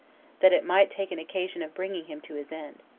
that it might take an occasion of bringing him to his end.